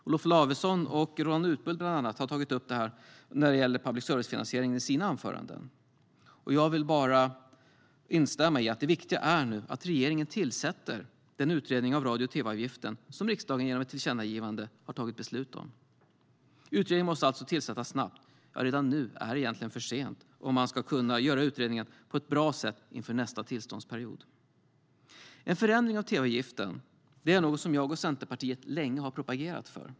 Olof Lavesson och Roland Utbult tog i sina anföranden upp finansieringen av public service. Jag vill bara instämma i att det viktiga nu är att regeringen tillsätter den utredning av radio och tv-avgiften som riksdagen genom ett tillkännagivande tagit beslut om. Utredningen måste tillsättas snabbt. Redan nu är det egentligen för sent, om man ska kunna göra utredningen på ett bra sätt inför nästa tillståndsperiod. En förändring av tv-avgiften är något jag och Centerpartiet länge propagerat för.